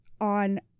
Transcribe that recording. on